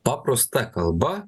paprasta kalba